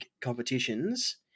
competitions